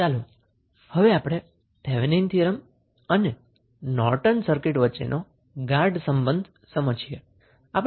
ચાલો હવે આપણે થેવેનીન થીયરમ અને નોર્ટન સર્કીટ વચ્ચેનો ગાઢ સંબંધ સમજીએ